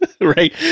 Right